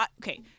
okay